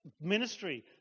ministry